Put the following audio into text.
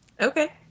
Okay